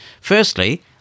Firstly